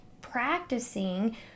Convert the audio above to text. practicing